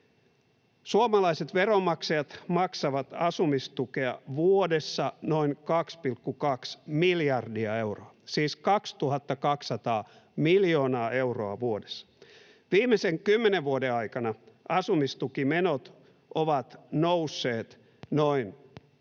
Suomalaiset veronmaksajat maksavat asumistukea vuodessa noin 2,2 miljardia euroa, siis 2 200 miljoonaa euroa vuodessa. Viimeisen kymmenen vuoden aikana asumistukimenot ovat nousseet noin